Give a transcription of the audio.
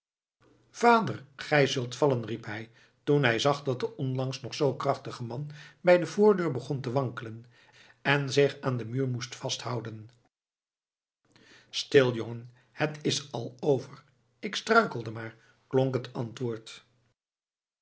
vader gij zult vallen riep hij toen hij zag dat de onlangs nog zoo krachtige man bij de voordeur begon te wankelen en zich aan den muur moest vasthouden stil jongen het is al over ik struikelde maar klonk het antwoord